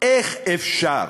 איך אפשר?